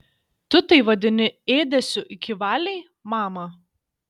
tu tai vadini ėdesiu iki valiai mama